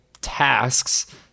tasks